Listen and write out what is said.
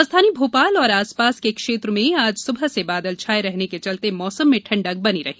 राजधानी भोपाल तथा उसके आसपास के क्षेत्र में आज सुबह से बादल छाए रहने के चलते मौसम में ठंडक बनी रही